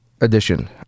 edition